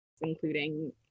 including